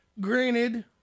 granted